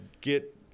get